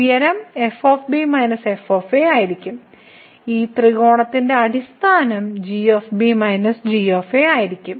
ഉയരം f - f ആയിരിക്കും ഈ ത്രികോണത്തിന്റെ അടിസ്ഥാനം g - g ആയിരിക്കും